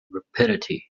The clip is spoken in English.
rapidity